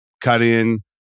cut-in